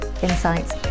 insights